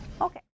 Okay